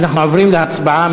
אנחנו עוברים להצבעה.